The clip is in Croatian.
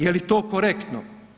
Jeli to korektno?